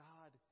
God